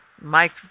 Mike